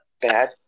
bad